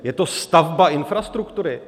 Je to stavba infrastruktury?